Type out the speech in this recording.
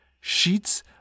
Sheets